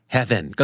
Heaven